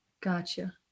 Gotcha